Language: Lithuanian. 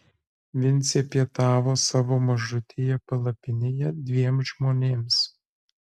vincė pietavo savo mažutėje palapinėje dviem žmonėms